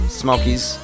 smokies